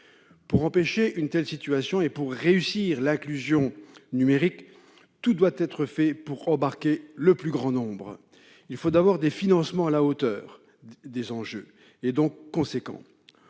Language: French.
Pour prévenir une telle situation et réussir l'inclusion numérique, tout doit être fait pour embarquer le plus grand nombre. Il faut d'abord des financements à la hauteur des enjeux, et donc importants.